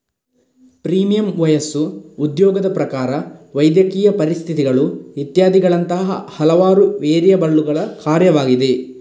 premium ವಯಸ್ಸು, ಉದ್ಯೋಗದ ಪ್ರಕಾರ, ವೈದ್ಯಕೀಯ ಪರಿಸ್ಥಿತಿಗಳು ಇತ್ಯಾದಿಗಳಂತಹ ಹಲವಾರು ವೇರಿಯಬಲ್ಲುಗಳ ಕಾರ್ಯವಾಗಿದೆ